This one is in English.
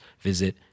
visit